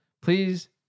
Please